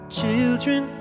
children